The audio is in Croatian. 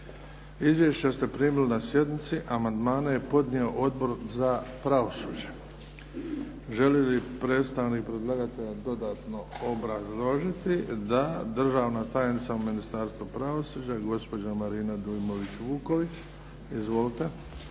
Izvješća ste primili na sjednici. Amandmane je podnio Odbor za pravosuđe. Želi li predstavnik predlagatelja dodatno obrazložiti? Da. Državna tajnica u Ministarstvu pravosuđa gospođa Marina Dujmović Vuković. Izvolite.